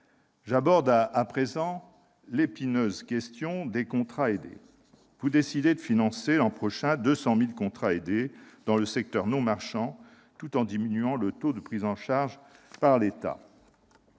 aborder l'épineuse question des contrats aidés. Vous décidez de financer, l'an prochain, 200 000 contrats aidés dans le secteur non marchand, tout en diminuant le taux de prise en charge par l'État.